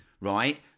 right